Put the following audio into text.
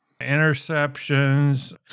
interceptions